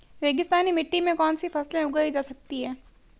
रेगिस्तानी मिट्टी में कौनसी फसलें उगाई जा सकती हैं?